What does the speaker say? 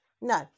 No